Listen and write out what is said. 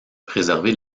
préserver